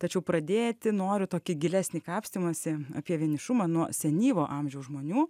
tačiau pradėti noriu tokį gilesnį kapstymąsi apie vienišumą nuo senyvo amžiaus žmonių